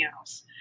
else